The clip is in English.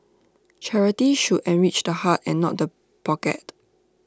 charity should enrich the heart and not the pocket